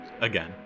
Again